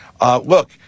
Look